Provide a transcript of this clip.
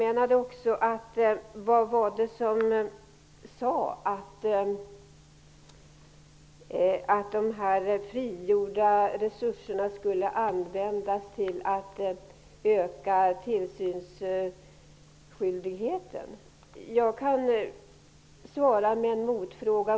Anita Persson undrade om de frigjorda resurserna skulle användas till att öka tillsynen. Jag kan svara med en motfråga.